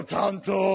tanto